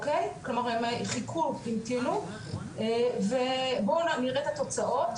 כלומר, הם חיכו המתינו ובואו נראה את התוצאות.